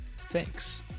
Thanks